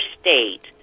state